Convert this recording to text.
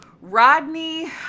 rodney